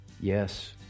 Yes